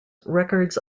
records